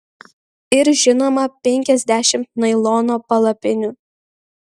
ir žinoma penkiasdešimt nailono palapinių